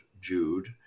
Jude